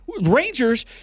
Rangers